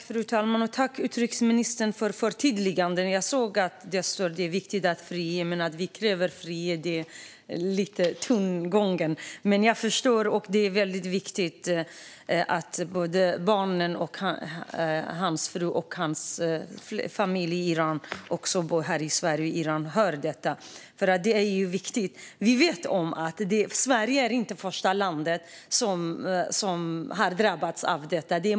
Fru talman! Jag tackar för förtydligandena. Jag såg att det står att det är viktigt att han friges, men att kräva att han friges ger en lite annan tongång. Men jag förstår utrikesministern, och det är väldigt viktigt att såväl hans barn och fru som hans övriga familj både här i Sverige och i Iran hör detta, för det är viktigt. Vi vet att Sverige inte är det första land som drabbats av detta.